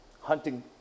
hunting